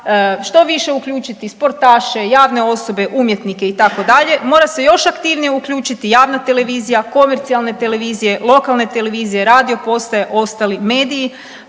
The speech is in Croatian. što više uključiti sportaše, javne osobe, umjetnike itd., mora se još aktivnije uključiti javna televizija, komercijalne televizije, lokalne televizije, radio postaje, ostali mediji.